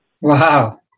wow